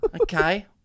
Okay